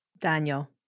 Daniel